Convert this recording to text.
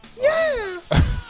Yes